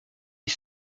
est